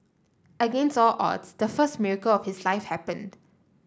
against all odds the first miracle of his life happened